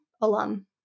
Alum